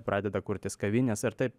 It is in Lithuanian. pradeda kurtis kavinės ir taip